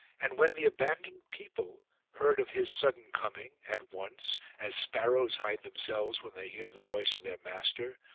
and when the abandoned people heard of his sudden coming, at once, as sparrows hide themselves when they hear the voice of their master,